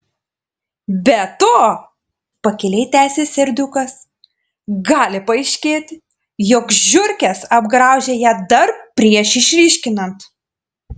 be to pakiliai tęsė serdiukas gali paaiškėti jog žiurkės apgraužė ją dar prieš išryškinant